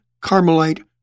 Carmelite